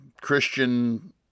Christian